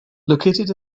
located